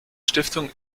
stiftung